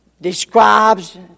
describes